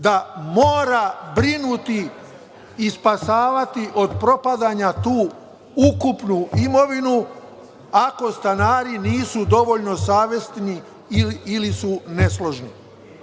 da mora brinuti i spašavati od propadanja tu ukupnu imovinu ako stanari nisu dovoljno savesni ili su nesložni? Ovaj